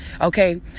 Okay